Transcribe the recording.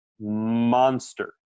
monster